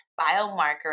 biomarker